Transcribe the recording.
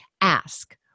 Ask